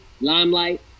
Limelight